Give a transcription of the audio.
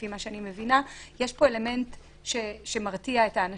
לפי מה שאני מבינה האם יש פה איזה אלמנט שמרתיע את האנשים,